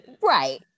Right